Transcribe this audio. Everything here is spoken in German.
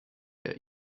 der